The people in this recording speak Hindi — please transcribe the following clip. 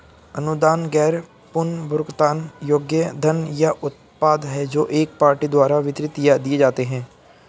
अनुदान गैर पुनर्भुगतान योग्य धन या उत्पाद हैं जो एक पार्टी द्वारा वितरित या दिए जाते हैं